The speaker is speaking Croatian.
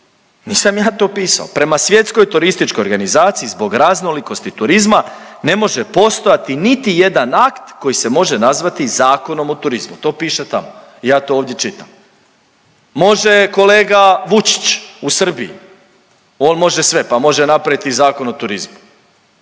Nisam ja to pisao. Prema Svjetskoj turističkoj organizaciji zbog raznolikosti turizma ne može postojati niti jedan akt koji se može nazvati Zakonom o turizmu. To piše tamo i ja to ovdje čitam. Može kolega Vučić u Srbiji, on može sve pa može napraviti i Zakon o turizmu.